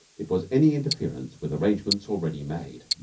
it was any interference with arrangements already made.